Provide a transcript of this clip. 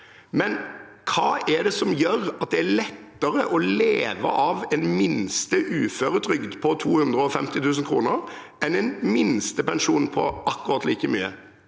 Hva er det som gjør at det er lettere å leve av en minsteuføretrygd på 250 000 kr enn en minstepensjon på akkurat like mye?